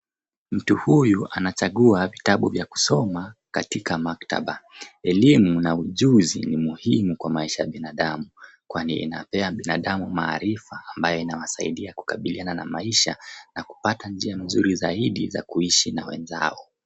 Mtu huyu anachagua vitabu vya kusoma katika maktaba. Elimu na ujuzi ni muhimu kwa maisha ya binadamu, kwani inapea binadamu maarifa ambayo inawasaidia kukabiliana na maisha na kupata njia mzuri zaidi ya kuishi na wenzao.